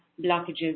blockages